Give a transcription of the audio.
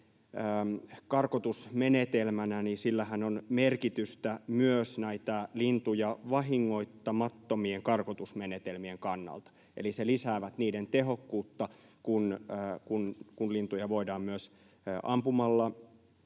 karkotusmenetelmänä on merkitystä myös näitä lintuja vahingoittamattomien karkotusmenetelmien kannalta, eli se lisää niiden tehokkuutta, kun lintuja voidaan myös ampumalla